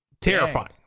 Terrifying